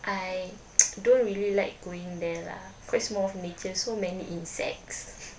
I don't really like going there lah cause more of nature so many insects